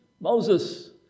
Moses